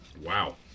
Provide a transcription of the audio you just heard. Wow